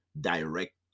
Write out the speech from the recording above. Direct